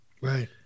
Right